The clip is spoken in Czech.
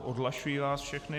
Odhlašuji vás všechny.